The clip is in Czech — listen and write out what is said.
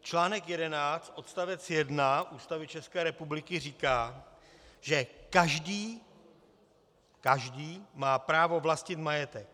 Článek 11 odst. 1 Ústavy České republiky říká, že každý každý má právo vlastnit majetek.